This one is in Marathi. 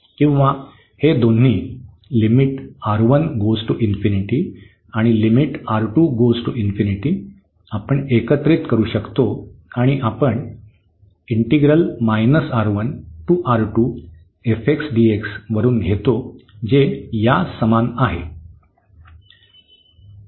किंवा हे दोन्ही आपण एकत्रित करू शकतो आणि आपण वरून घेतो जे या समान आहे